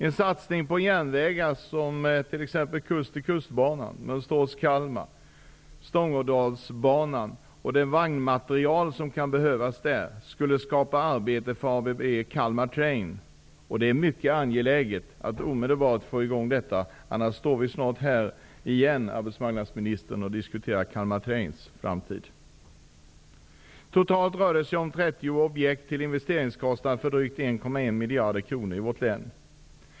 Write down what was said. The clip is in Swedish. En satsning på järnvägar, t.ex kust-till-kust-banan, Mönsterås--Kalmar, Stångådalsbanan och den vagnmateriel som kan behövas där skulle skapa arbete för ABB Kalmar Trains. Det är mycket angeläget att omedelbart få i gång detta. Annars står vi snart här igen arbetsmarknadsministern och diskuterar Kalmar Totalt rör det sig om 30 objekt till en investeringskostnad på drygt 1,1 miljarder kronor i vårt län.